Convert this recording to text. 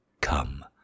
Come